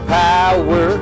power